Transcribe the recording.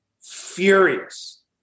furious